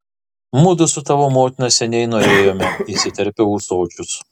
mudu su tavo motina seniai norėjome įsiterpia ūsočius